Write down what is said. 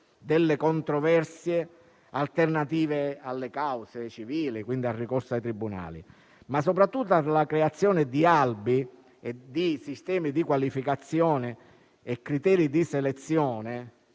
delle controversie alternative alle cause civili, quindi al ricorso ai tribunali, ma soprattutto alla creazione di albi e di sistemi di qualificazione e criteri di selezione